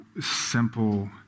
simple